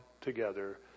together